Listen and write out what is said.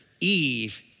Eve